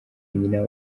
nyina